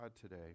today